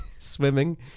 swimming